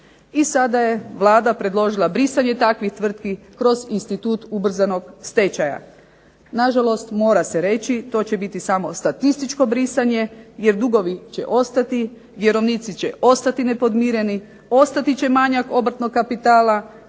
I sada je Vlada predložila brisanje takvih tvrtki kroz institut ubrzanog stečaja. Nažalost, mora se reći, to će biti samo statističko brisanje, jer dugovi će ostati, vjerovnici će ostati nepodmireni, ostati će manjak obrtnog kapitala